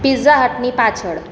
pizza હટની પાછળ